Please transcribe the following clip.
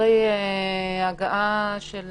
אחרי הגעה של